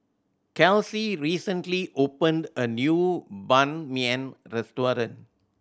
Kelsie recently opened a new Ban Mian restaurant